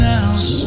else